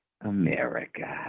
America